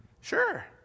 Sure